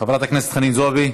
חברת הכנסת חנין זועבי,